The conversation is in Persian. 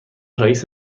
رئیس